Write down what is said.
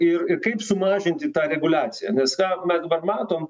ir ir kaip sumažinti tą reguliaciją nes ką mes dabar matom